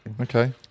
Okay